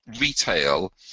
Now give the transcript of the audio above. retail